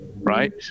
right